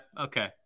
Okay